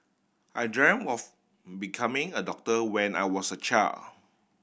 I dreamt of becoming a doctor when I was a child